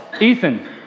Ethan